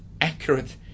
accurate